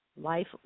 Life